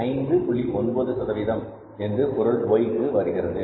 9 என்பது பொருள் Yக்கு வருகிறது